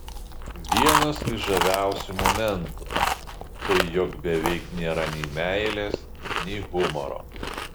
vienas iš žaviausių momentų tai jog beveik nėra nei meilės nei humoro